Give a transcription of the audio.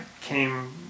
came